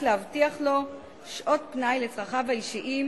להבטיח לו שעות פנאי לצרכיו האישיים,